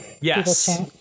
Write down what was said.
Yes